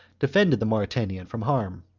defended the mauritanian from harm.